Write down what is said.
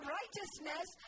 righteousness